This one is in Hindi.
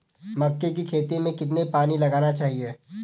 मक्के की खेती में कितना पानी लगाना चाहिए?